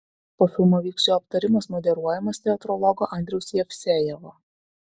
po filmo vyks jo aptarimas moderuojamas teatrologo andriaus jevsejevo